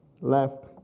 left